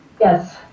Yes